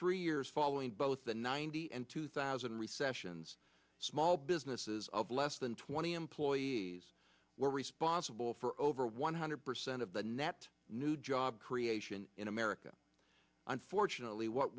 three years following both the ninety and two thousand recessions small businesses of less than twenty employees were responsible for over one hundred percent of the net new job creation in america unfortunately what